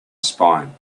spine